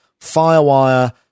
Firewire